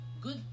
good